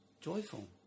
joyful